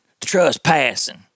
trespassing